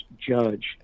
judge